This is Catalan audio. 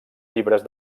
llibres